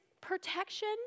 protection